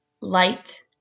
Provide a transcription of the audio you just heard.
light